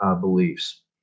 beliefs